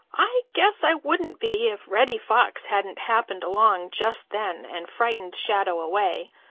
i guess i wouldn't be if reddy fox hadn't happened along just then and frightened shadow away.